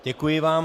Děkuji vám.